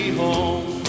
home